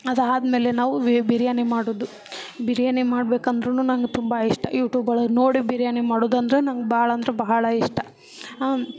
ಅದಾದ್ಮೇಲೆ ನಾವು ವೇ ಬಿರಿಯಾನಿ ಮಾಡೋದು ಬಿರಿಯಾನಿ ಮಾಡಬೇಕೆಂದರೂನು ನಂಗೆ ತುಂಬ ಇಷ್ಟ ಯೂಟೂಬ್ ಒಳಗೆ ನೋಡಿ ಬಿರಿಯಾನಿ ಮಾಡೋದೆಂದ್ರೆ ನಂಗೆ ಭಾಳ ಅಂದ್ರೆ ಬಹಳ ಇಷ್ಟ ಹಾಂ